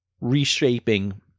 reshaping